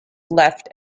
left